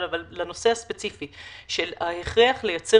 אבל לנושא הספציפי של ההכרח לייצר